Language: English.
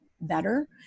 better